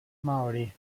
maori